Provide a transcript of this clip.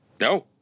No